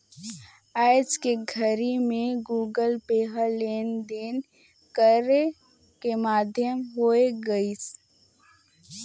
आयज के घरी मे गुगल पे ह लेन देन करे के माधियम होय गइसे